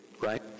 right